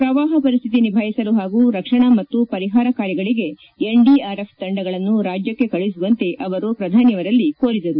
ಪ್ರವಾಹ ಪರಿಸ್ಥಿತಿ ನಿಭಾಯಿಸಲು ಹಾಗೂ ರಕ್ಷಣಾ ಮತ್ತು ಪರಿಹಾರ ಕಾರ್ಯಗಳಿಗೆ ಎನ್ಡಿಆರ್ಎಫ್ ತಂಡಗಳನ್ನು ರಾಜ್ಯಕ್ಕೆ ಕಳುಹಿಸುವಂತೆ ಅವರು ಪ್ರಧಾನಿ ಅವರಲ್ಲಿ ಕೋರಿದರು